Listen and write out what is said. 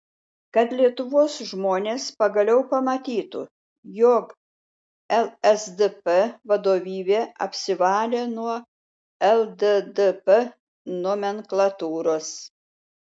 kad lietuvos žmonės pagaliau pamatytų jog lsdp vadovybė apsivalė nuo lddp nomenklatūros